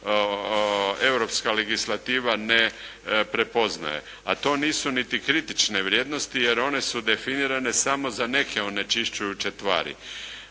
europska legislativa ne prepoznaje. A to nisu niti kritične vrijednosti, jer one su definirane samo za neke onečišćujuće tvari.